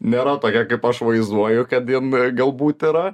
nėra tokia kaip aš vaizduoju kad jin galbūt yra